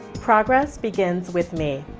progress begins with me.